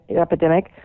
epidemic